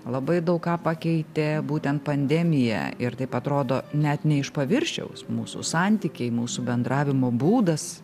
labai daug ką pakeitė būtent pandemija ir taip atrodo net ne iš paviršiaus mūsų santykiai mūsų bendravimo būdas